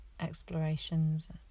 explorations